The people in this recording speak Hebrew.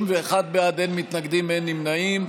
61 בעד, אין מתנגדים, אין נמנעים.